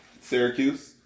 Syracuse